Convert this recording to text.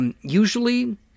Usually